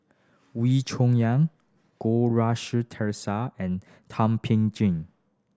Wee Cho Yaw Goh Rui Si Theresa and Thum Ping Tjin